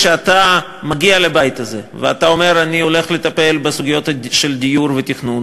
כשאתה מגיע לבית הזה ואתה אומר: אני הולך לטפל בסוגיות של דיור ותכנון,